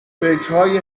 فکرهای